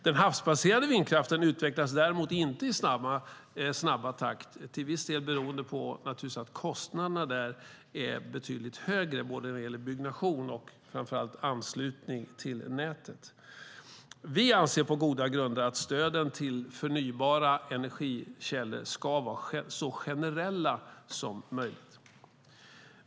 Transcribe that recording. Den havsbaserade vindkraften utvecklas däremot inte i samma snabba takt, till viss del naturligtvis beroende på att kostnaderna där är betydligt högre när det gäller byggnation och framför allt anslutning till nätet. Vi anser på goda grunder att stöden till förnybara energikällor ska vara så generella som möjligt.